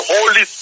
Holy